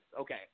Okay